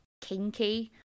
kinky